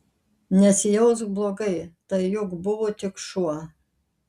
nesijausk blogai tai juk buvo tik šuo